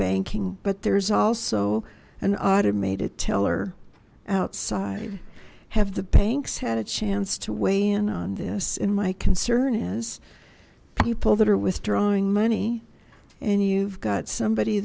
banking but there is also an automated teller outside have the banks had a chance to weigh in on this in my concern is people that are withdrawing money and you've got somebody